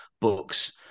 books